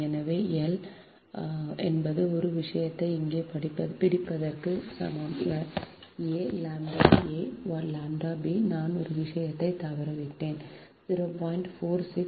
எனவே L என்பது ஒரு விஷயத்தை இங்கே பிடிப்பதற்கு சமம் a ʎ a ʎ b நான் ஒரு விஷயத்தை தவறவிட்டேன் 0